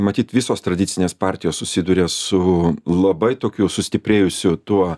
matyt visos tradicinės partijos susiduria su labai tokiu sustiprėjusiu tuo